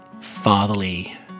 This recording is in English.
fatherly